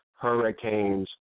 hurricanes